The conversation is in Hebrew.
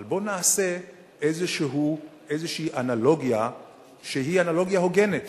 אבל בוא נעשה איזו אנלוגיה שהיא אנלוגיה הוגנת,